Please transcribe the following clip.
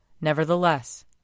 Nevertheless